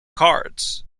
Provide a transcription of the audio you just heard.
cards